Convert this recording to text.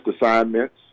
assignments